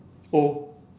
oh